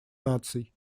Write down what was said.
наций